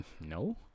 No